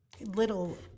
little